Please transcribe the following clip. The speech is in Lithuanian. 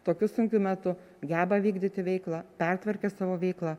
tokiu sunkiu metu geba vykdyti veiklą pertvarkė savo veiklą